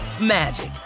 magic